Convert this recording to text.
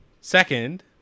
second